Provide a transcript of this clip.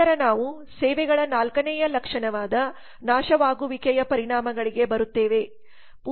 ನಂತರ ನಾವು ಸೇವೆಗಳ ನಾಲ್ಕನೆಯ ಲಕ್ಷಣವಾದ ನಾಶವಾಗುವಿಕೆಯ ಪರಿಣಾಮಗಳಿಗೆ ಬರುತ್ತೇವೆ